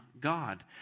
God